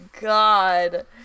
God